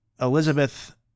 Elizabeth